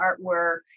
artwork